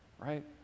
right